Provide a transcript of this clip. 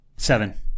Seven